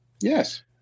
Yes